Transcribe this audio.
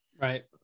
Right